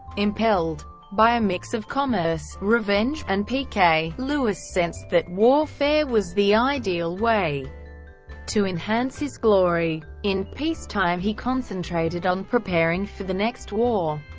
impelled by a mix of commerce, revenge, and pique, louis sensed that warfare was the ideal way to enhance his glory. in peacetime he concentrated on preparing for the next war.